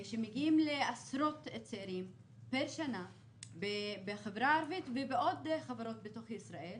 זה מגיע עשרות צעירים מדי שנה בחברה הערבית ובעוד חברות בתוך ישראל,